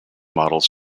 models